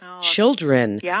children